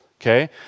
okay